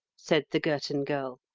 said the girton girl.